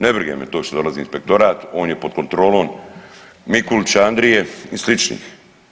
Nebrige me to što dolazi inspektorat, on je pod kontrolom Mikulića Andrije i sličnih.